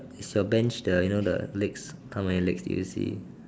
is your bench the you know the legs how many legs do you see